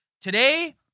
Today